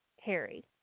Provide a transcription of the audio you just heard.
Harry